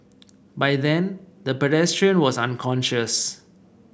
by then the pedestrian was unconscious